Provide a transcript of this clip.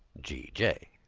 g j.